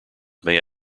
may